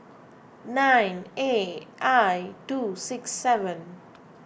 nine A I two six seven